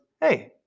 hey